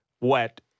wet